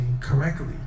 correctly